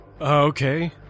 Okay